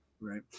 Right